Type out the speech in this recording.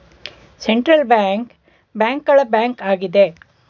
central bank bank ಗಳ bank ಆಗಿದೆ